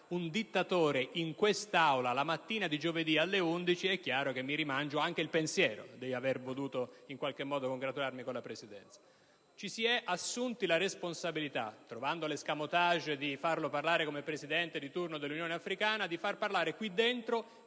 un dittatore in quest'Aula giovedì mattina alle ore 11, è chiaro che mi rimangio anche il pensiero di aver voluto in qualche modo congratularmi con la Presidenza. Ci si è assunti la responsabilità, trovando l'*escamotage* di farlo intervenire come Presidente di turno dell'Unione Africana, di far parlare in